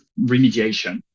remediation